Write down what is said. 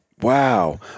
Wow